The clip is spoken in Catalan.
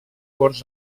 corts